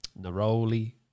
Neroli